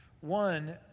One